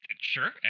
Sure